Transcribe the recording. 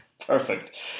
Perfect